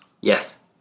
yes